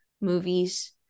movies